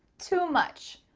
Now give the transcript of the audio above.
too much,